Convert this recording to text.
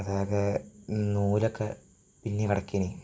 അതാകെ നൂലൊക്കെ പിന്നി കിടക്കീനി